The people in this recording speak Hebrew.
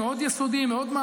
יסודי מאוד,